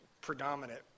predominant